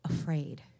afraid